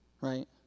Right